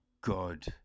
god